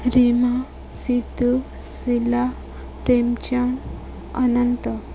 Rima Situ Sila Prem Chand Ananta